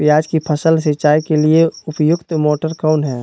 प्याज की फसल सिंचाई के लिए उपयुक्त मोटर कौन है?